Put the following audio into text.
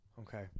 Okay